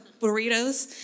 burritos